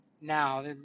now